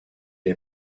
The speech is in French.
est